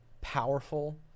powerful